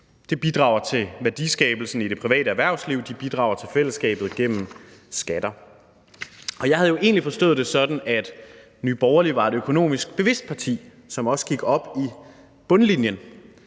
De bidrager til værdiskabelsen i det private erhvervsliv. De bidrager til fællesskabet gennem skatter. Jeg havde egentlig forstået det sådan, at Nye Borgerlige var et økonomisk bevidst parti, som også gik op i bundlinjen,